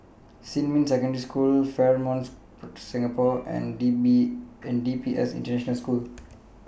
Xinmin Secondary School Fairmont Singapore and D P S International School